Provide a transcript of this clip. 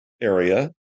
area